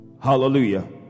hallelujah